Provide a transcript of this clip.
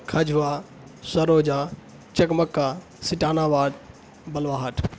کھجوا شروجہ چکمکہ سٹاناواد بلوا ہاٹ